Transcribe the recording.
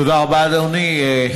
תודה רבה, אדוני.